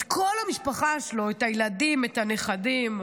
את כל המשפחה שלו, את הילדים, את הנכדים.